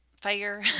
fire